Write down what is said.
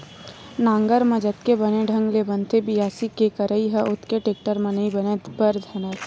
नांगर म जतेक बने ढंग ले बनथे बियासी के करई ह ओतका टेक्टर म नइ बने बर धरय